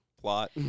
plot